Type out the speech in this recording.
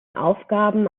aufgaben